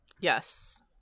Yes